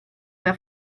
una